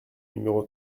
numéro